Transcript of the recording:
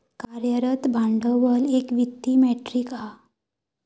कार्यरत भांडवल एक वित्तीय मेट्रीक हा